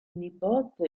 nipote